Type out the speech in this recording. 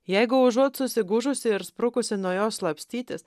jeigu užuot susigūžusi ir sprukusi nuo jos slapstytis